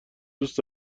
دوست